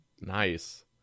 Nice